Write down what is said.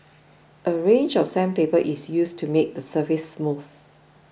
a range of sandpaper is used to make the surface smooth